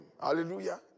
Hallelujah